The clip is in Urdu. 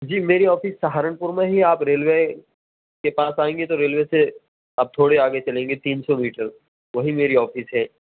جی میری آفس سہارنپور میں ہی آپ ریل وے کے پاس آئیں گے تو ریل وے سے آپ تھوڑے آگے چلیں گے تین سو میٹر وہیں میری آفس ہے